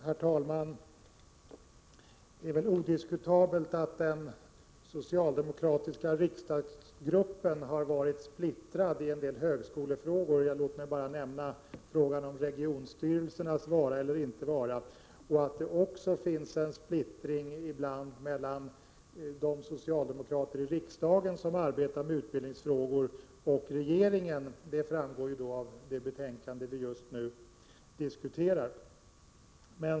Herr talman! Det är väl odiskutabelt att den socialdemokratiska riksdagsgruppen har varit splittrad i en del högskolefrågor. Låt mig bara nämna frågan om regionstyrelsernas vara eller inte vara. Det finns också ibland en splittring mellan de socialdemokrater i riksdagen som arbetar med utbildningsfrågor och regeringen — det framgår ju av det betänkande vi just nu diskuterar.